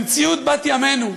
במציאות בת ימינו,